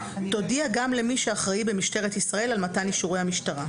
תודיע גם למי שאחראי במשטרת ישראל על מתן אישורי המשטרה.